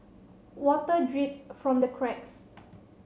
water drips from the cracks